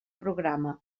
programa